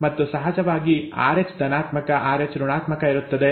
ಮತ್ತು ಸಹಜವಾಗಿ Rh ಧನಾತ್ಮಕ Rh ಋಣಾತ್ಮಕ ಇರುತ್ತದೆ